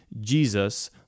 Jesus